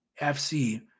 FC